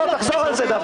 לא לחזור על זה דווקא.